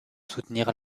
soutenir